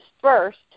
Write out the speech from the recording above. first